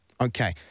Okay